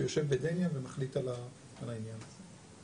שיושב בדניה ומחליט על העניין הזה.